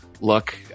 look